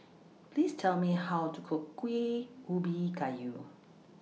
Please Tell Me How to Cook Kuih Ubi Kayu